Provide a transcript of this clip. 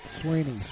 Sweeney